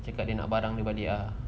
cakap dia nak barang daripada dia